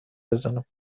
بزنم